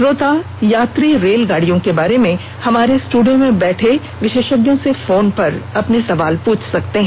श्रोता यात्री रेलगाड़ियों के बारे में हमारे स्टुडियो में बैठे विशेषज्ञों र्से फोन पर अपने सवाल पूछ सकते हैं